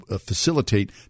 facilitate